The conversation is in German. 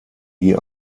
die